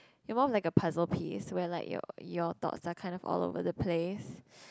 it more like a puzzle piece where like your your thoughts are kind of all over the place